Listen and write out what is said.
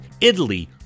Italy